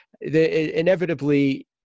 inevitably